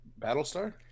Battlestar